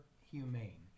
humane